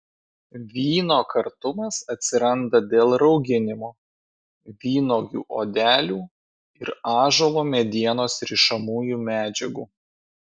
vyno kartumas atsiranda dėl rauginimo vynuogių odelių ir ąžuolo medienos rišamųjų medžiagų